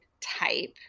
type